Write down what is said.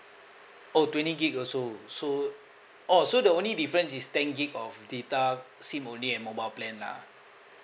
oh twenty gig also so oh so the only difference is ten gig of data SIM only and mobile plan lah